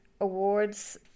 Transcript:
Awards